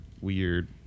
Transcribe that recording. weird